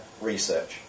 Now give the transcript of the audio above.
research